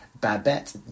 Babette